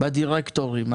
בנבחרת הדירקטורים.